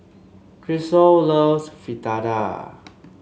Krystle loves Fritada